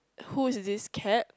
who is this cat